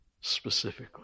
specifically